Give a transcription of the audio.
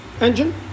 engine